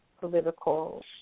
political